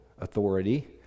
authority